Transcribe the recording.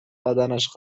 بدنش